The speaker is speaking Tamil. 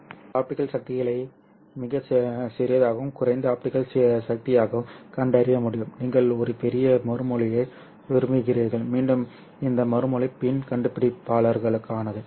இது ஆப்டிகல் சக்திகளை மிகச் சிறியதாகவும் குறைந்த ஆப்டிகல் சக்தியாகவும் கண்டறிய முடியும் நீங்கள் ஒரு பெரிய மறுமொழியை விரும்புகிறீர்கள் மீண்டும் இந்த மறுமொழி PIN கண்டுபிடிப்பாளர்களுக்கானது